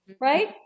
right